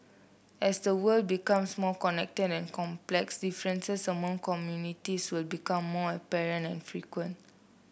as the world becomes more connected and complex differences among communities will become more apparent and frequent